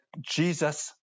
Jesus